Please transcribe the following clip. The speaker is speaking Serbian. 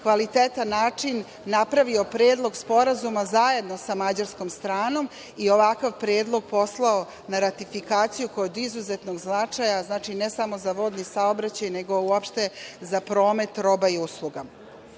kvalitetan način, napravio predlog sporazuma zajedno sa mađarskom stranom i ovakav predlog poslao na ratifikaciju, koja je od izuzetnog značaja, ne samo za vodni saobraćaj, nego uopšte za promet roba i usluga. Na